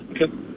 Okay